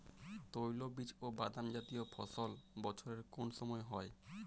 তৈলবীজ ও বাদামজাতীয় ফসল বছরের কোন সময় হয়?